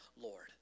Lord